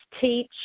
teach